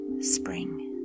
spring